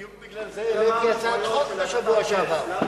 בדיוק בגלל זה הגשתי הצעת חוק בשבוע שעבר.